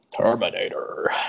Terminator